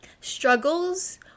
struggles